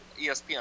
ESPN